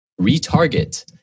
retarget